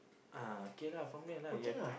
uh K lah from there lah you have to